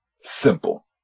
Simple